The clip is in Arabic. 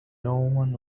يوما